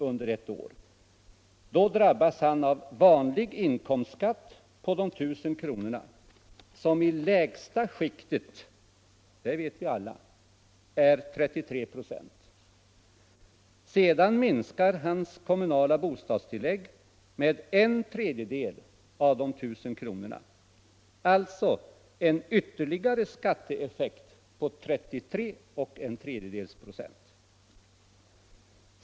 under ett år, då drabbas han av vanlig inkomstskatt på de 1 000 kronorna, som i lägsta skiktet — det vet vi alla — är 33 96. Sedan minskas hans kommunala bostadstillägg med en tredjedel av de 1 000 kronorna, alltså en ytterligare skatteeffekt på 33 1/3 26.